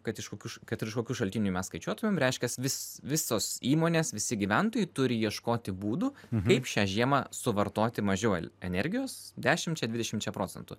kad iš kokių kad ir kokių šaltinių mes skaičiuotumėm reiškias vis visos įmonės visi gyventojai turi ieškoti būdų kaip šią žiemą suvartoti mažiau el energijos dešimčia dvidešimčia procentų